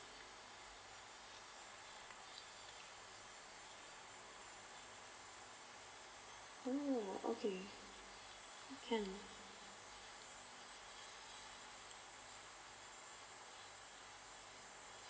mm okay can